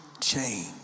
change